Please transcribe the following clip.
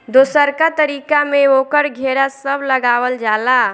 दोसरका तरीका में ओकर घेरा सब लगावल जाला